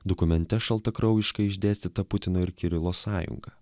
dokumente šaltakraujiškai išdėstyta putino ir kirilo sąjunga